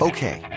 Okay